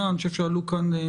הגישו את הבקשה ולגבי תקופת המעבר,